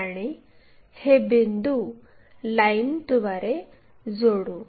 आणि हे बिंदू लाइनद्वारे जोडू